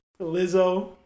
Lizzo